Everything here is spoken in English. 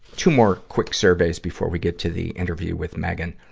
two more quick surveys before we get to the interview with megan.